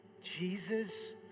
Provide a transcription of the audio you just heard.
Jesus